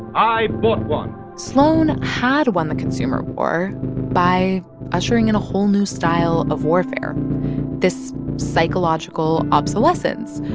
i bought one sloan had won the consumer war by ushering in a whole new style of warfare this psychological obsolescence,